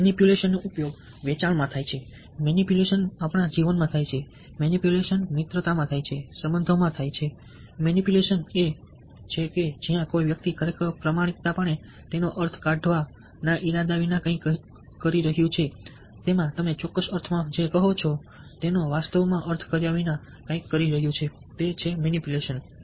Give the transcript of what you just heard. manipulation નો ઉપયોગ વેચાણમાં થાય છે મેનીપ્યુલેશન આપણા જીવનમાં થાય છે મેનીપ્યુલેશન મિત્રતામાં થાય છે સંબંધો માં થાય છે મેનીપ્યુલેશન એ છે કે જ્યાં કોઈ વ્યક્તિ ખરેખર પ્રામાણિકપણે તેનો અર્થ કાઢવાના ઇરાદા વિના કંઈક કરી રહ્યું છે તમે ચોક્કસ અર્થમાં જે કહો છો તેનો વાસ્તવમાં અર્થ કર્યા વિના કંઈક કરી રહ્યું છે તે મેનીપ્યુલેશન છે